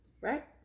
right